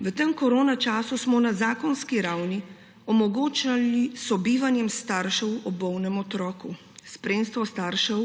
V tem koronačasu smo na zakonski ravni omogočali sobivanje staršev ob bolnem otroku, spremstvo staršev